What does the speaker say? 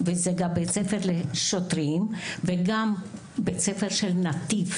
זה גם בית ספר לשוטרים וגם בית ספר של נתיב,